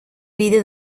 vida